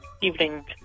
Evening